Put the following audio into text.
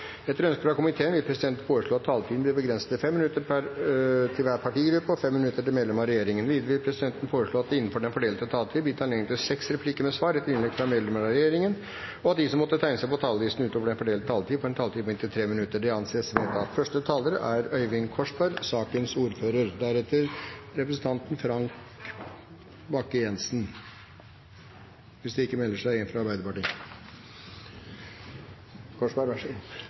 Etter ønske fra næringskomiteen vil presidenten foreslå at taletiden blir begrenset til 5 minutter til hver partigruppe og 5 minutter til medlem av regjeringen. Videre vil presidenten foreslå at det blir gitt anledning til seks replikker med svar etter innlegg fra medlemmer av regjeringen innenfor den fordelte taletid, og at de som måtte tegne seg på talerlisten utover den fordelte taletid, får en taletid på inntil 3 minutter. – Det anses vedtatt. Jeg håper næringskomiteen bruker litt kortere tid enn forrige komité. I den saken vi nå skal behandle – representantforslag fra